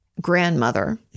Grandmother